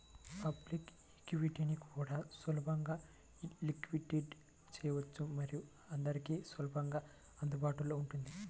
public ఈక్విటీని కూడా సులభంగా లిక్విడేట్ చేయవచ్చు మరియు అందరికీ సులభంగా అందుబాటులో ఉంటుంది